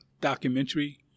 documentary